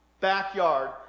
backyard